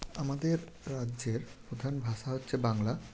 আমাদের রাজ্যের প্রধান ভাষা হচ্ছে বাংলা